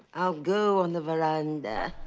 i'll go on the veranda.